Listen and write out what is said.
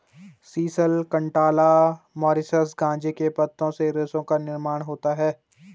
sisal, cantala, Mauritius गांजे के पत्तों से रेशों का निर्माण होता रहा है